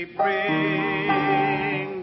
bring